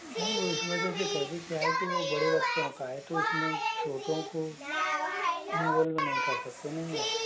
नहीं वो इस वजह से कर दी क्या हैं कि वो बड़े बच्चों का है तो इसमें छोटो को इन्वाल्व नहीं कर सकते हैं